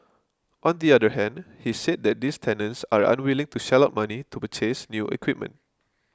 on the other hand he said that these tenants are unwilling to shell out money to purchase new equipment